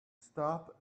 stop